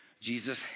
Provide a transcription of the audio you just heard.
Jesus